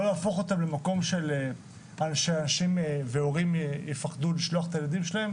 להפוך אותן למקום שהורים יפחדו את הילדים שלהם.